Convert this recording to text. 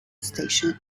station